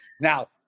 Now